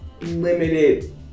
limited